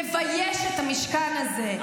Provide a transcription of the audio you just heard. מבייש את המשכן הזה.